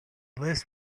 list